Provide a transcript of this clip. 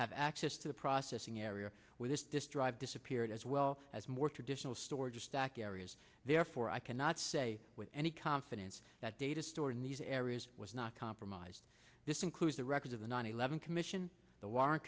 have access to the processing area where this destroyed disappeared as well as more traditional storage of stack areas therefore i cannot say with any confidence that data stored in these areas was not compromised this includes the records of the nine eleven commission the warren